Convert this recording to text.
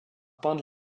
peindre